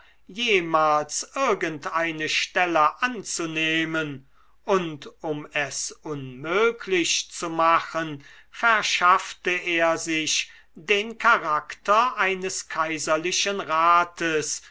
jemals irgend eine stelle anzunehmen und um es unmöglich zu machen verschaffte er sich den charakter eines kaiserlichen rates